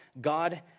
God